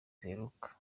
ziheruka